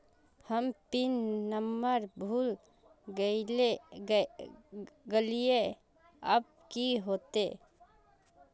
हम pin number भूल गलिऐ अब की होते?